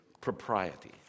propriety